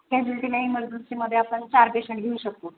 casualty ने इमर्जन्सीमध्ये आपण चार पेशंट घेऊ शकतो